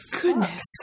goodness